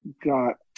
got